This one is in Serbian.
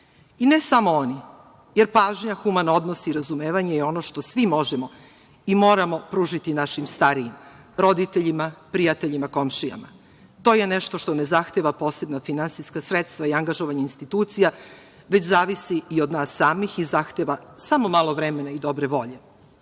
i ne samo oni, jer pažnja, human odnos i razumevanje je ono što svi možemo i moramo pružiti našim starijima, roditeljima, prijateljima, komšijama. To je nešto što ne zahteva posebna finansijska sredstva i angažovanje institucija već zavisi i od nas samih i zahteva samo malo vremena i dobre